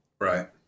Right